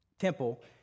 temple